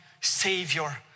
savior